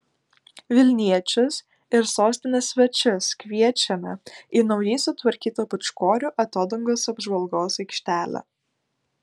vilniečius ir sostinės svečius kviečiame į naujai sutvarkytą pūčkorių atodangos apžvalgos aikštelę